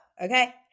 Okay